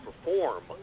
perform